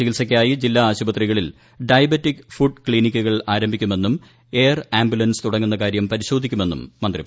ചികിത്സയ്ക്കായി പ്രമേഹ ജില്ലാ ആശുപത്രികളിൽ ഡയബറ്റിക് ഫുഡ് ക്സിനിക്കുകൾ ആരംഭിക്കുമെന്നും എയർ ആംബുലൻസ് തുടങ്ങുന്ന കാര്യം പരിശോധിക്കുമെന്നും മന്ത്രി പറഞ്ഞു